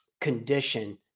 condition